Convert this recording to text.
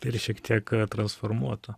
ir šiek tiek transformuotą